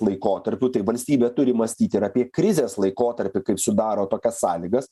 laikotarpiu tai valstybė turi mąstyt ir apie krizės laikotarpį kaip sudaro tokias sąlygas